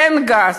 תן גז,